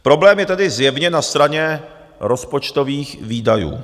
Problém je tedy zjevně na straně rozpočtových výdajů.